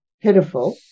pitiful